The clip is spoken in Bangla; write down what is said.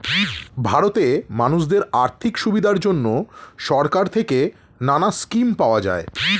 ভারতে মানুষদের আর্থিক সুবিধার জন্যে সরকার থেকে নানা স্কিম পাওয়া যায়